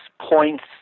points